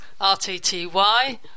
RTTY